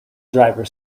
driver